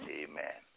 amen